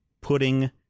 putting